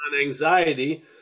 anxiety